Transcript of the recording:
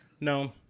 No